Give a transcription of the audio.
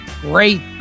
great